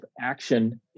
Action